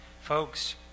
Folks